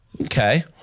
Okay